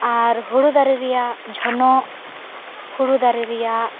ᱟᱨ ᱦᱳᱲᱳ ᱫᱟᱨᱮ ᱨᱮᱭᱟᱜ ᱡᱚᱱᱚᱜ ᱦᱳᱲᱳ ᱫᱟᱨᱮ ᱨᱮᱭᱟᱜ